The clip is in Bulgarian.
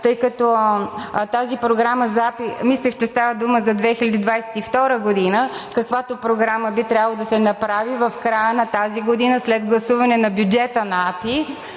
тъй като тази програма за АПИ, мислех, че става дума за 2022 г., каквато програма би трябвало да се направи в края на тази година след гласуване на бюджета на АПИ,